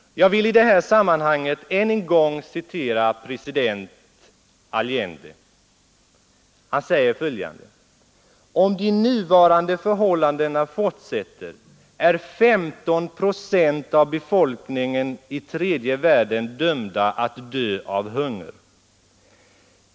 Jag vill i det här sammanhanget än en gång citera president Allende: ”Om de nuvarande förhållandena fortsätter är 15 procent av befolkningen i tredje världen dömda att dö av hunger.